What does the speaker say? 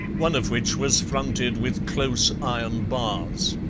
one of which was fronted with close iron bars.